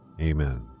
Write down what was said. Amen